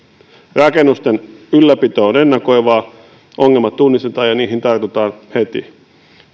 rakennusten ylläpito on ennakoivaa ongelmat tunnistetaan ja niihin tartutaan heti